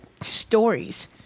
stories